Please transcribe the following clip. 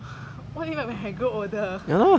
what do you mean when I grow older